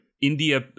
india